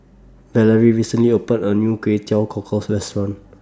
Valarie recently opened A New Kway Teow Cockles Restaurant